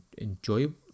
enjoyable